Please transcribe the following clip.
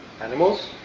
animals